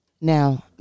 Now